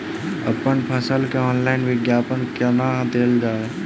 अप्पन फसल केँ ऑनलाइन विज्ञापन कोना देल जाए?